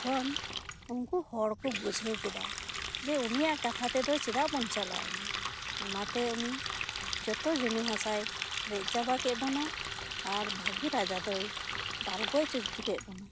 ᱛᱚᱠᱷᱚᱱ ᱩᱱᱠᱩ ᱦᱚᱲ ᱠᱚ ᱵᱩᱡᱷᱟᱹᱣ ᱠᱮᱫᱟ ᱡᱮ ᱩᱱᱤᱭᱟᱜ ᱠᱟᱛᱷᱟ ᱛᱮᱫᱚ ᱪᱮᱫᱟᱜ ᱵᱚᱱ ᱪᱟᱞᱟᱣ ᱮᱱᱟ ᱚᱱᱟᱛᱮ ᱩᱱᱤ ᱡᱚᱛᱚ ᱡᱩᱢᱤ ᱦᱟᱥᱟᱸᱭ ᱨᱮᱡ ᱪᱟᱵᱟ ᱵᱚᱱᱟ ᱟᱨ ᱵᱷᱟᱜᱤ ᱨᱟᱡᱟ ᱫᱚᱭ ᱫᱟᱞ ᱜᱚᱡ ᱦᱚᱪᱚ ᱠᱮᱫ ᱵᱚᱱᱟ